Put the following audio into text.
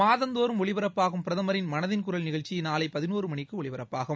மாதந்தோறும் ஒலிபரப்பாகும் பிரதமரிள் மனதின் குரல் நிகழ்ச்சி நாளை பதினோரு மணிக்கு ஒலிபரப்பாகும்